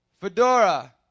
Fedora